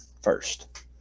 first